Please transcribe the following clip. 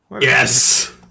Yes